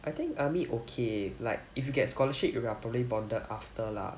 I think army okay like if you get scholarship you are probably bonded after lah